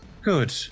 Good